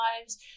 lives